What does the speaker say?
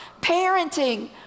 parenting